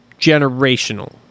generational